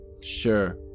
Sure